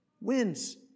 wins